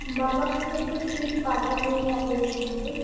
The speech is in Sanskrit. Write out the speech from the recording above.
मम कृते तु स्टिल् पात्राणि एव अपेक्ष्यन्ते